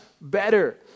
better